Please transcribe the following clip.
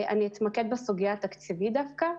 אני אתמקד בסוגיה התקציבית דווקא,